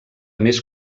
més